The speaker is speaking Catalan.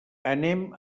anem